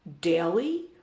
daily